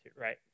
right